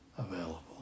available